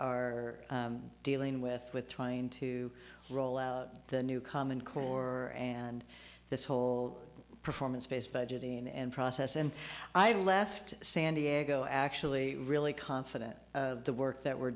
are dealing with with trying to roll out the new common core and this whole performance based budgeting and process and i left san diego actually really confident the work that we're